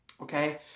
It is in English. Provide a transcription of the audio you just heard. Okay